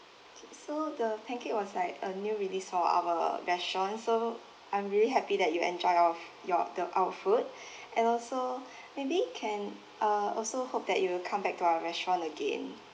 so the pancake was like a new release for our restaurant so I'm really happy that you enjoyed of your the our food and also maybe can uh also hope that you will come back to our restaurant again